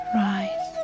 rise